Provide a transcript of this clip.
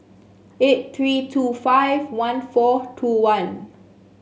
eight three two five one four two one